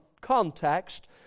context